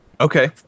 Okay